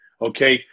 okay